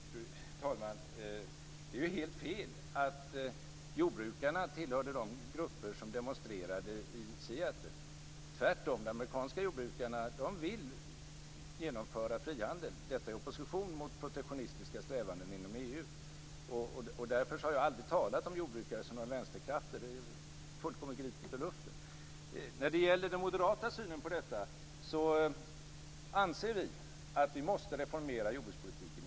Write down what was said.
Fru talman! Det är helt fel att jordbrukarna tillhörde de grupper som demonstrerade i Seattle. Tvärtom vill de amerikanska jordbrukarna genomföra frihandel. Detta står i opposition mot protektionistiska strävanden inom EU. Jag har därför aldrig talat om jordbrukare som någon vänsterkraft. Det är helt gripet ur luften. Vad gäller den moderata synen på detta anser vi att jordbrukspolitiken inom EU måste reformeras.